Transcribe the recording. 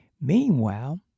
Meanwhile